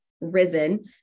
risen